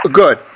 good